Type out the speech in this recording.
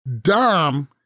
Dom